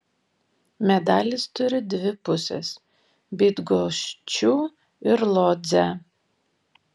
medalis turi dvi pusės bydgoščių ir lodzę